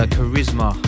Charisma